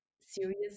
serious